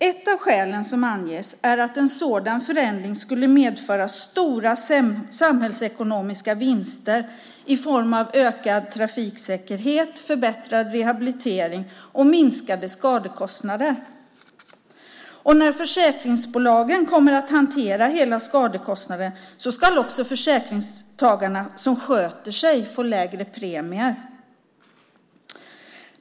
Ett av skälen som anges är att en sådan förändring skulle medföra stora samhällsekonomiska vinster i form av ökad trafiksäkerhet, förbättrad rehabilitering och minskade skadekostnader. När försäkringsbolagen kommer att hantera hela skadekostnaden ska också de försäkringstagare som sköter sig få lägre premier.